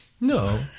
No